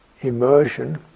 immersion